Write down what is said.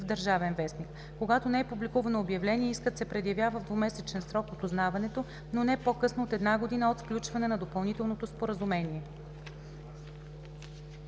в „Държавен вестник“. Когато не е публикувано обявление, искът се предявява в двумесечен срок от узнаването, но не по-късно от една година от сключване на допълнителното споразумение.“